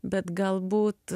bet galbūt